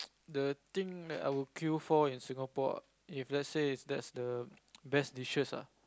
the thing that I would queue for in Singapore if let's say that's the best dishes [ah]z